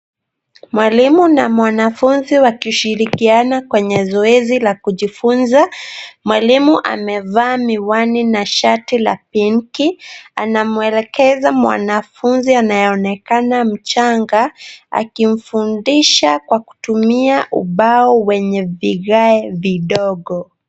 Mwalimu na mwanafunzi wakishirikiana kwenye zoezi la kujifunza. Mwalimu amevaa miwani na shati la pinki . Anamwelekeza mwanafunzi anayeonekana mchanga, akimfundisha kwa kutumia ubao wenye vigae vidogo.